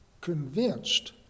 convinced